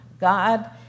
God